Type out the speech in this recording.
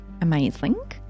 amazing